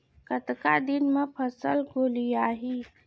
कतका दिन म फसल गोलियाही?